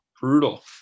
brutal